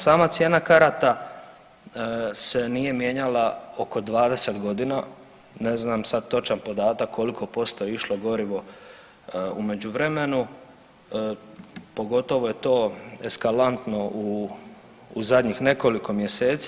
Sama cijena karata se nije mijenjala oko 20.g., ne znam sad točan podatak koliko posto je išlo gorivo u međuvremenu, pogotovo je to eskalantno u zadnjih nekoliko mjeseci.